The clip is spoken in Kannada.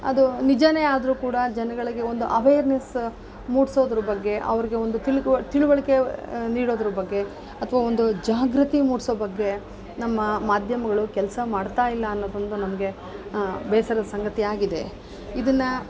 ಅದು ನಿಜಾನೇ ಆದರೂ ಕೂಡ ಜನಗಳಿಗೆ ಒಂದು ಅವೇರ್ನೆಸ್ ಮೂಡ್ಸೋದ್ರ ಬಗ್ಗೆ ಅವ್ರಿಗೆ ಒಂದು ತಿಳು ತಿಳುವಳಿಕೆ ನೀಡೋದರ ಬಗ್ಗೆ ಅಥವಾ ಒಂದು ಜಾಗೃತಿ ಮೂಡಿಸೋ ಬಗ್ಗೆ ನಮ್ಮ ಮಾಧ್ಯಮಗಳು ಕೆಲಸ ಮಾಡ್ತಾ ಇಲ್ಲ ಅನ್ನೋದೊಂದು ನಮಗೆ ಬೇಸರದ ಸಂಗತಿಯಾಗಿದೆ ಇದನ್ನು